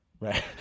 right